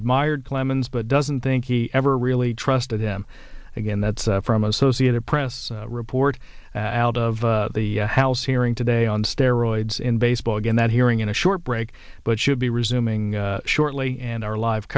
admired clemens but doesn't think he ever really trusted them again that's from associated press report out of the house hearing today on steroids in baseball again that hearing in a short break but should be resuming shortly and our live